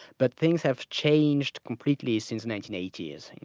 but things have changed completely since the nineteen eighty s.